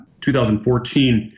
2014